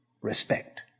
respect